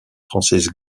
francis